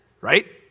right